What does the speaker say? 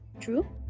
True